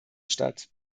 statt